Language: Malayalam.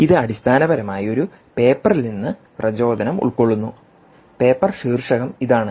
ഇത് അടിസ്ഥാനപരമായി ഒരു പേപ്പറിൽ നിന്ന് പ്രചോദനം ഉൾക്കൊള്ളുന്നു പേപ്പർ ശീർഷകം ഇതാണ്